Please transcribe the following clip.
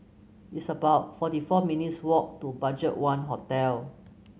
it's about forty four minutes walk to BudgetOne Hotel